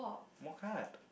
more card